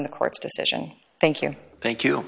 the court's decision thank you thank you